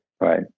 Right